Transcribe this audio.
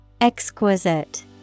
exquisite